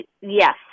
Yes